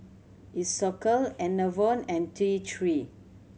Isocal Enervon and T Three